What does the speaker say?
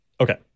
Okay